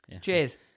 Cheers